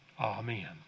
amen